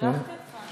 בירכתי אותך.